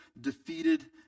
defeated